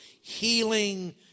healing